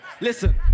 Listen